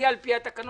אני צריך, לפי התקנון,